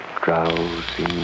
drowsy